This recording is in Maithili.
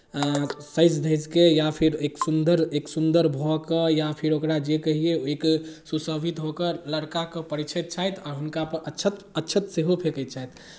सजि धजि कऽ या फेर एक सुन्दर एक सुन्दर भऽ कऽ या फेर ओकरा जे कहियै ओहिके सुशोभित होकर लड़काकेँ परिछै छथि आ हुनकापर अक्षत अक्षत सेहो फेँकै छथि